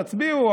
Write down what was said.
תצביעו,